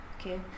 Okay